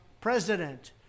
president